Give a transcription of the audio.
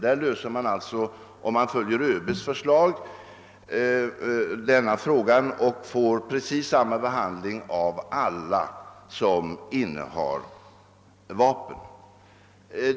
Om man följer ÖB:s förslag blir alltså denna fråga löst och alla som ansöker om vapenlicens får precis samma behandling.